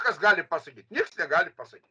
kas gali pasakyt nieks negali pasakyt